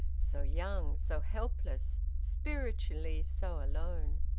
so young, so helpless, spiritually so alone.